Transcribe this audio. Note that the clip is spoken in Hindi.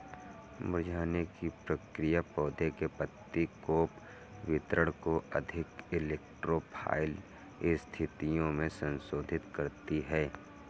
मुरझाने की प्रक्रिया पौधे के पत्ती कोण वितरण को अधिक इलेक्ट्रो फाइल स्थितियो में संशोधित करती है